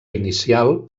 inicial